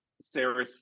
Sarah